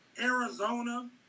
Arizona